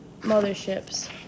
motherships